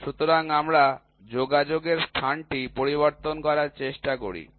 সুতরাং আমরা যোগাযোগের স্থানটি পরিবর্তন করার চেষ্টা করি